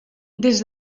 des